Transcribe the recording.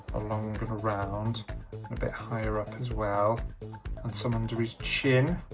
along and around a bit higher up as well and some under his chin